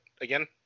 again